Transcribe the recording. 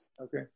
Okay